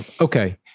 Okay